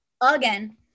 Again